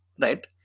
right